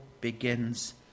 begins